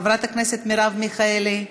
חברת הכנסת מרב מיכאלי,